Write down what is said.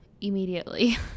immediately